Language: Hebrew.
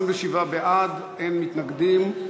27 בעד, אין מתנגדים,